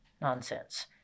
nonsense